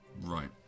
Right